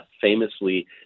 famously